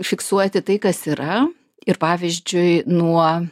fiksuoti tai kas yra ir pavyzdžiui nuo